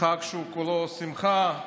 חג שהוא כולו שמחה.